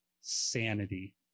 sanity